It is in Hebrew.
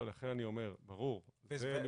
ובמידת האפשר ברצון בעל ה --- על זה נוספה